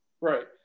Right